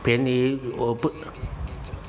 便宜我不